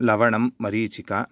लवणं मरीचिका